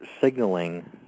signaling